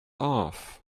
off